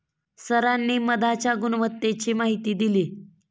सरांनी मधाच्या गुणवत्तेची माहिती दिली